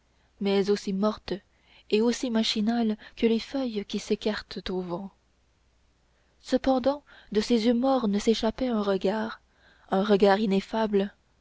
mais aussi mortes et aussi machinales que des feuilles qui s'écartent au vent cependant de ses yeux mornes s'échappait un regard un regard ineffable